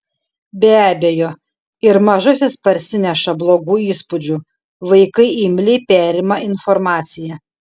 be abejo ir mažasis parsineša blogų įspūdžių vaikai imliai perima informaciją